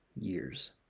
years